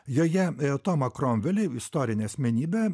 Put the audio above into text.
joje tomą kromvelį istorinę asmenybę